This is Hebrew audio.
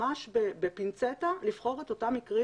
ממש בפינצטה לבחור את אותם מקרים.